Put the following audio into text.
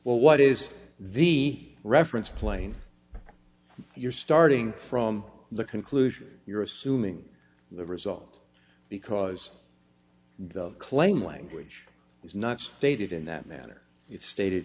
well what is v reference plane you're starting from the conclusion you're assuming the result because the claim language is not stated in that manner you've stated